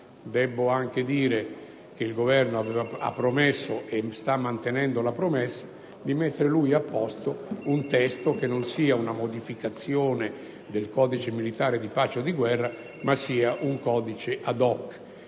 debbo anche dire che il Governo ha promesso (e sta mantenendo tale premessa) di predisporre un testo che non sia solo una modificazione del codice militare di pace o di guerra ma un codice *ad hoc*.